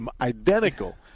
identical